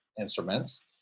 instruments